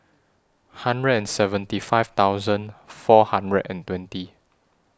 hundred and seventy five thousand four hundred and twenty